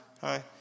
Hi